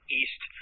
east